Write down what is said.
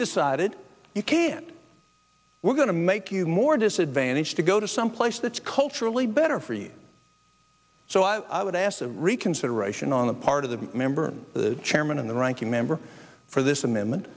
decided you can't we're going to make you more disadvantaged to go to some place that's culturally better for you so i would ask the reconsideration on the part of the member the chairman and the ranking member for this amendment